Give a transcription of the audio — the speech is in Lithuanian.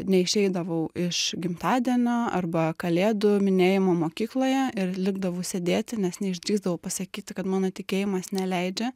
neišeidavau iš gimtadienio arba kalėdų minėjimo mokykloje ir likdavau sėdėti nes neišdrįsdavau pasakyti kad mano tikėjimas neleidžia